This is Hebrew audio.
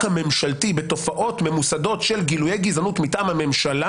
הממשלתי בתופעות ממוסדות של גילויי גזענות מטעם הממשלה,